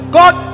god